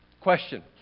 question